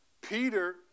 Peter